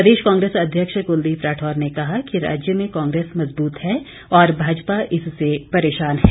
प्रदेश कांग्रेस अध्यक्ष कुलदीप राठौर ने कहा कि राज्य में कांग्रेस मजबूत है और भाजपा इससे परेशान है